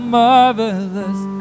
marvelous